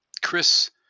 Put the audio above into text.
Chris